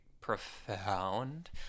profound